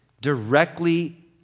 directly